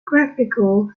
graphical